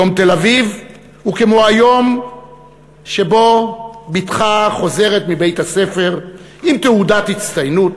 יום תל-אביב הוא כמו היום שבו בתך חוזרת מבית-הספר עם תעודת הצטיינות